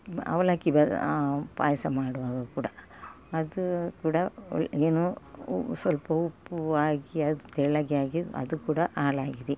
ಹಾಕಿ ಅವಲಕ್ಕಿ ಬ ಪಾಯಸ ಮಾಡುವಾಗ ಕೂಡ ಅದು ಕೂಡ ಏನು ಸ್ವಲ್ಪ ಉಪ್ಪು ಹಾಕಿ ಅದು ತೆಳ್ಳಗೆ ಆಗಿ ಅದು ಕೂಡ ಹಾಳಾಗಿದೆ